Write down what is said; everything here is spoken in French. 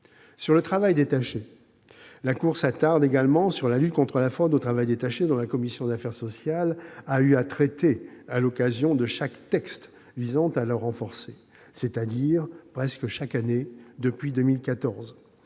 La Cour des comptes s'attarde également sur la lutte contre la fraude au travail détaché, dont la commission des affaires sociales a eu à traiter à l'occasion de chaque texte visant à la renforcer, c'est-à-dire presque chaque année depuis 2014.